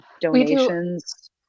donations